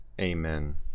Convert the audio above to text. Amen